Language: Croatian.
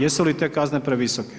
Jesu li te kazne previsoke?